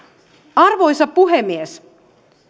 arvoisa puhemies